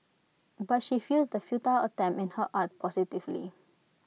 but she views the futile attempt in her art positively